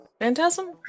Phantasm